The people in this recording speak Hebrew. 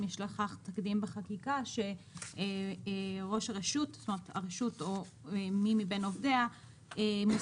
האם יש לכך צדדים בחקיקה שראש הרשות או מי מבין עובדיה מוסמך